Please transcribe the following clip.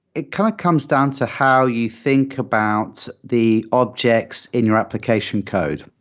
it kind of comes down to how you think about the objects in your application code.